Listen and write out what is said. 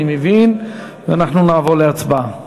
ואנחנו נעבור להצבעה.